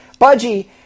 Budgie